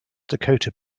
dakota